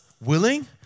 willing